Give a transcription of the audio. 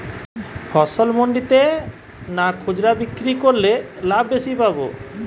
ফসল মন্ডিতে না খুচরা বিক্রি করলে লাভ বেশি পাব?